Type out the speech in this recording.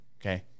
Okay